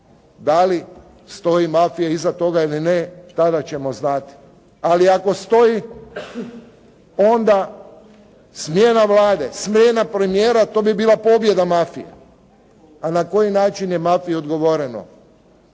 Da li stoji mafija iza toga ili ne tada ćemo znati. Ali ako stoji onda smjena Vlade, smjena premijera to bi bila pobjeda mafije. A na koji način je mafiji odgovoreno?